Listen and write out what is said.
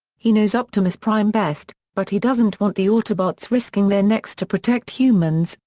he knows optimus prime best, but he doesn't want the autobots risking their necks to protect humans,